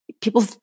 people